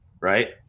right